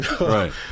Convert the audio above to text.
Right